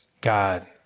God